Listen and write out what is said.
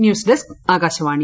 news desk Akashvani